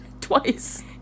Twice